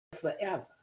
forever